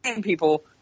people